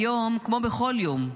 היום, כמו בכל יום,